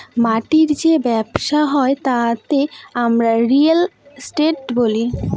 মাটির যে ব্যবসা হয় তাকে আমরা রিয়েল এস্টেট বলি